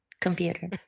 computer